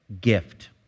gift